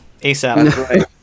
asap